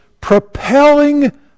propelling